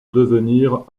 devenir